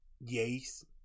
Yes